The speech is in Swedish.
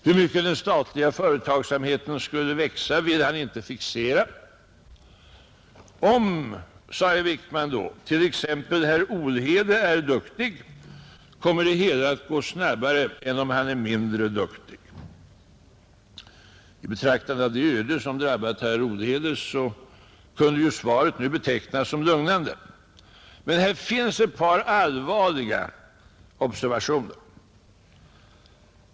Hur mycket den statliga företagsamheten skulle växa ville han inte fixera. Om, sade han då, t.ex. herr Olhede är duktig, kommer det hela att gå snabbare än om han är mindre duktig. I betraktande av det öde som drabbat herr Olhede kunde ju svaret nu betecknas som lugnande. Men här finns ett par allvarliga observationer.